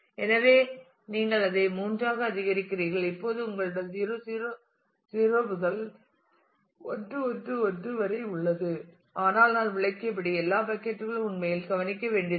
எனவே நீங்கள் அதை 3 ஆக அதிகரிக்கிறீர்கள் இப்போது உங்களிடம் 0 0 0 முதல் 1 1 1 வரை உள்ளது ஆனால் நான் விளக்கியபடி எல்லா பக்கட் களும் உண்மையில் கவனிக்க வேண்டியதில்லை